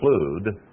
include